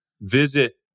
visit